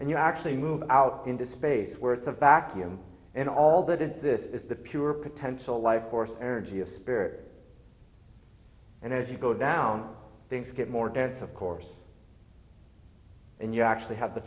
and you actually move out into space where it's a vacuum and all that is this is the pure potential life force energy of spirit and as you go down things get more dense of course and you actually have the